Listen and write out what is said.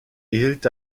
erhielt